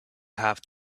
have